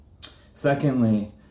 Secondly